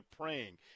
praying